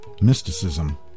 mysticism